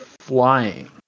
flying